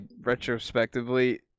retrospectively